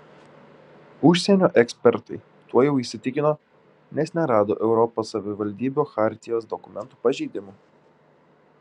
užsienio ekspertai tuo jau įsitikino nes nerado europos savivaldybių chartijos dokumentų pažeidimų